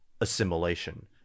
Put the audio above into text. assimilation